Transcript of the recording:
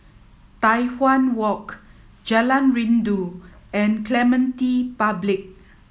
Tai Hwan Walk Jalan Rindu and Clementi Public